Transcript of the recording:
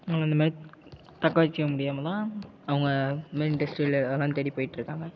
நம்ம அந்த மாதிரி தக்க வெச்சிக்க முடியாமல் தான் அவங்க இது மாரி இண்டஸ்ட்ரியலு அதெல்லாம் தேடிப்போய்ட்டு இருக்காங்க